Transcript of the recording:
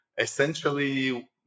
essentially